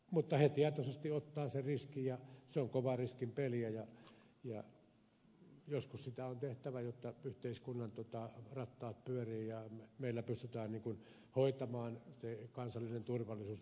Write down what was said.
mutta he tietoisesti ottavat sen riskin ja se on kovan riskin peliä ja joskus sitä on tehtävä jotta yhteiskunnan rattaat pyörivät ja meillä pystytään hoitamaan se kansallinen turvallisuus mikä meille kuuluu